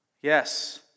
Yes